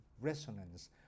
resonance